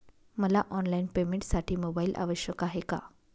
मला ऑनलाईन पेमेंटसाठी मोबाईल आवश्यक आहे का?